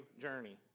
journey